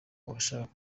abashaka